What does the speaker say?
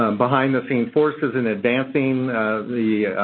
um behind-the-scene forces in advancing the